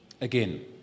Again